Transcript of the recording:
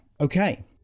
okay